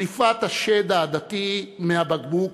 שליפת השד הדתי מהבקבוק